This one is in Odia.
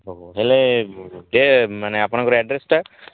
ହଉ ହେଲେ କେ ମାନେ ଆପଣଙ୍କର ଆଡ୍ରେସଟା